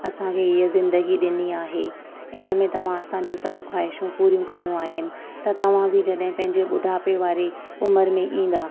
असांखे हीअ ज़िंदगी ॾिनी आहे इनमें तव्हां असांजी सभु ख्वाइशू पूरी कयूं आहिनि त तव्हां बि जॾहिं पंहिंजे बुढापे वारे उमिरि में ईंदा